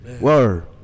Word